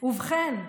ובכן,